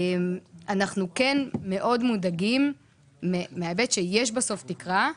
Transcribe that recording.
אנחנו מאוד מודאגים מההיבט שיש בסוף תקרה,